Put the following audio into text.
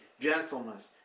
gentleness